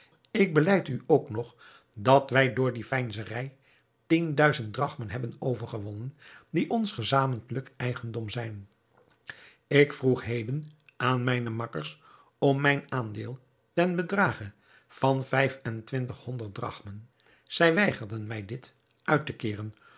ik belijd u ook nog dat wij door die veinzerij tien duizend drachmen hebben overgewonnen die ons gezamentlijk eigendom zijn ik vroeg heden aan mijne makkers om mijn aandeel ten bedrage van vijf en twintig honderd drachmen zij weigerden mij dit uit te keeren